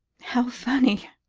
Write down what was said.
how funny,